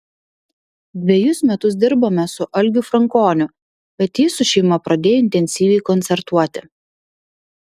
dvejus metus dirbome su algiu frankoniu bet jis su šeima pradėjo intensyviai koncertuoti